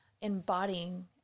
embodying